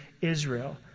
Israel